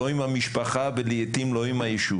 לא עם המשפחה ולעתים לא עם היישוב,